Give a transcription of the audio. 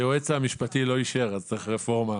היועץ המשפטי לא אישר, אז צריך רפורמה.